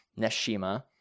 Neshima